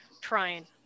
trying